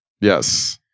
Yes